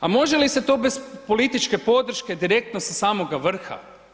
A može li se to bez političke podrške direktno sa samoga vrha?